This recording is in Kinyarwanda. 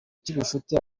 cy’ubucuti